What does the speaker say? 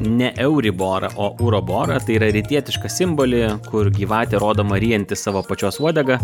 ne euriborą o uraborą tai yra rytietišką simbolį kur gyvatė rodoma ryjanti savo pačios uodegą